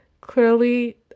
clearly